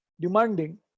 demanding